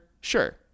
sure